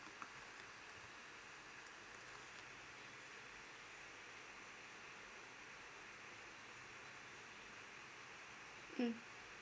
mm